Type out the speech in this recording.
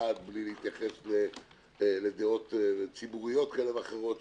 בלי להתייחס לדעות ציבוריות כאלה ואחרות,